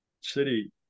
City